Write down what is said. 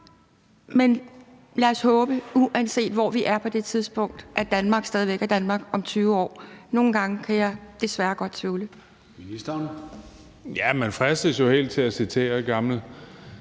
Men lad os håbe, uanset hvor vi er på det tidspunkt, at Danmark stadig væk er Danmark om 20 år. Nogle gange kan jeg desværre godt tvivle.